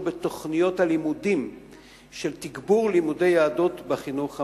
לתוכניות הלימודים של תגבור לימודי יהדות בחינוך הממלכתי.